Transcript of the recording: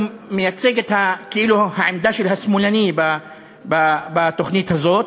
הוא כאילו מייצג את העמדה של השמאלני בתוכנית הזאת,